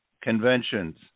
conventions